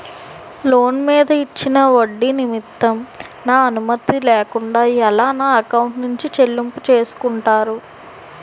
Loan మీద ఇచ్చిన ఒడ్డి నిమిత్తం నా అనుమతి లేకుండా ఎలా నా ఎకౌంట్ నుంచి చెల్లింపు చేసుకుంటారు?